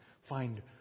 Find